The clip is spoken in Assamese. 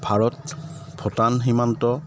ভাৰত ভূটান সীমান্ত